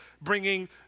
bringing